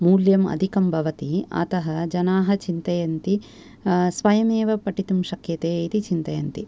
मूल्यम् अधिकं भवति अतः जनाः चिन्तयन्ति स्वयमेव पठितुं शक्यते इति चिन्तयन्ति